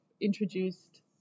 introduced